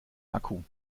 akku